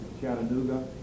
Chattanooga